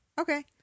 Okay